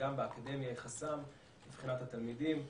וגם באקדמיה היא חסם מבחינת התלמידים.